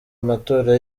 amatora